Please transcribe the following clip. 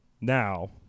now